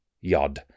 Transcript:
Yod